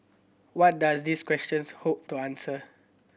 what does these questions hope to answer